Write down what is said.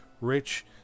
rich